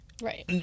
Right